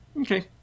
Okay